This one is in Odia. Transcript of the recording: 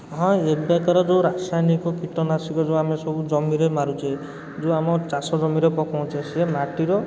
ହଁ ଏବେକାର ଯେଉଁ ରାସାୟନିକ କୀଟନାଶକ ଯେଉଁ ଆମେ ଯେଉଁ ଜମିରେ ମାରୁଛେ ଯେଉଁ ଆମର ଚାଷ ଜମିରେ ପକଉଛେ ସିଏ ମାଟିର